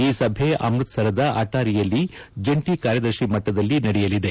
ಈ ಸಭೆ ಅಮ್ಮತಸರದ ಅಟ್ಟಾರಿಯಲ್ಲಿ ಜಂಟಿ ಕಾರ್ಯದರ್ಶಿ ಮಟ್ಟದಲ್ಲಿ ನಡೆಯಲಿದೆ